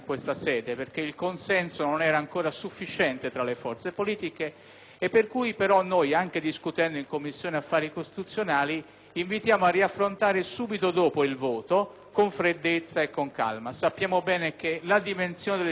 Per cui noi, anche dopo averne discusso in Commissione affari costituzionali, invitiamo a riaffrontare subito dopo il voto, con freddezza e con calma, la vicenda. Sappiamo bene che la dimensione delle circoscrizioni non consente un buon rapporto tra eletti ed elettori;